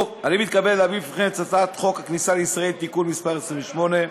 אני מתכבד להביא בפניכם את הצעת חוק הכניסה לישראל (תיקון מס' 28),